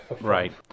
right